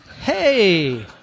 Hey